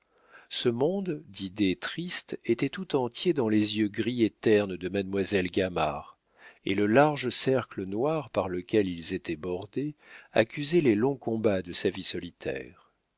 ce monde d'idées tristes était tout entier dans les yeux gris et ternes de mademoiselle gamard et le large cercle noir par lequel ils étaient bordés accusait les longs combats de sa vie solitaire